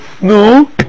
no